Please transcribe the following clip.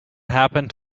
happened